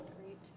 Great